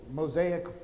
mosaic